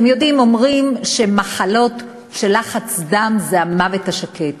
אתם יודעים, אומרים שלחץ דם זה המוות השקט,